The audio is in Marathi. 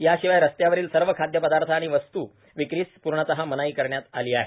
या शिवाय रस्त्यावरील सर्व खाद्य पदार्थ आणि वस्तू विक्रीस पूर्णतः मनाई करण्यात आली आहे